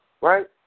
right